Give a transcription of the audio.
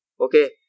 okay